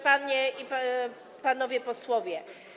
Panie i Panowie Posłowie!